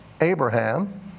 Abraham